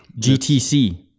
GTC